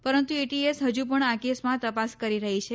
પરંતુ એટીએસ હજુ પણ આ કેસમાં તપાસ કરી રહી છે